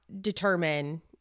determine